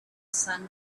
sun